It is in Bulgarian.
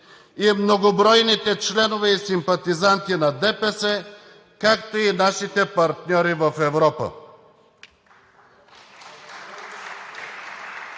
и многобройните членове и симпатизанти на ДПС, както и нашите партньори в Европа.